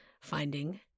finding